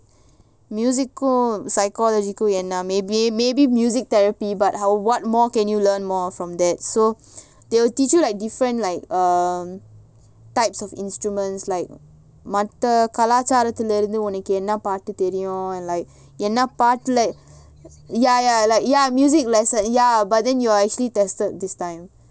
music psychological என்ன:enna maybe maybe music therapy but how what more can you learn more from that so they will teach you like different like um types of instruments like மத்தகலாச்சாரத்திலஇருந்துஉனக்குஎன்னபாட்டுதெரியும்:maththa kalacharathila irunthu unaku enna paatu therium and like என்னபாட்டு:enna paatu ya ya like ya music lesson ya but then you are actually tested this time